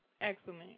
Excellent